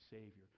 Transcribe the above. Savior